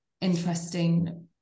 interesting